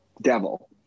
devil